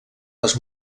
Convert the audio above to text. les